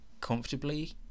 comfortably